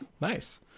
Nice